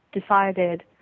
decided